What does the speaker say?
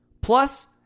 Plus